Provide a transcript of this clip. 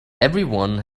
everyone